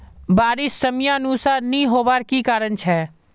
बारिश समयानुसार नी होबार की कारण छे?